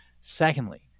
Secondly